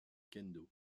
kendo